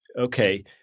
okay –